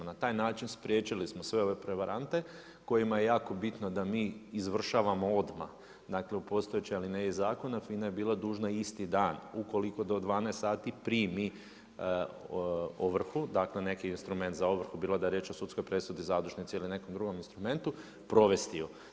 Na taj način spriječili smo sve ove prevarante kojima je jako bitno da mi izvršavamo odmah dakle u postojećoj alineji zakona FINA je bila dužna isti dan, ukoliko do 12 sati primi ovrhu, dakle neki instrument bilo da je riječ o sudskoj presudi, zadužnici ili nekom instrumentu, provesti ju.